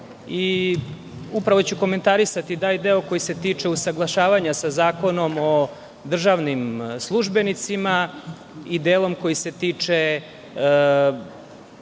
upravo ću komentarisati onaj deo koji se tiče usaglašavanja sa Zakonom o državnim službenicima i delom koji se tiče